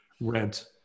rent